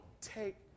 take